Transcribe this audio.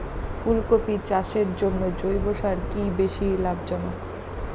ফুলকপি চাষের জন্য জৈব সার কি বেশী লাভজনক?